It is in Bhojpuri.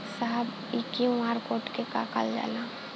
साहब इ क्यू.आर कोड के के कहल जाला?